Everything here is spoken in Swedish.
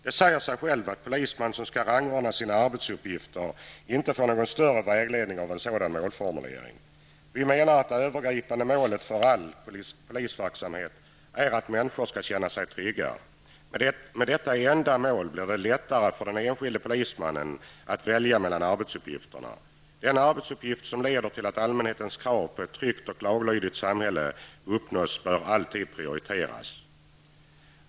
Det säger sig självt att polisman som skall rangordna sina arbetsuppgifter inte får någon större vägledning i en sådan målformuleringar. Det övergripande målet för all polisverksamhet bör vara att människor skall känna sig trygga. Med detta enda mål blir det lättare för den enskilde polismannen att välja mellan arbetsuppgifterna. Att utföra den arbetsuppgift som leder till att allmänhetens krav på ett tryggt och laglydigt samhälle uppfylls bör alltid prioriteras.